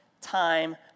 time